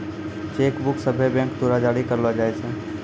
cheque book सभ्भे bank द्वारा जारी करलो जाय छै